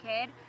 Kid